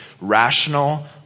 rational